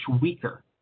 weaker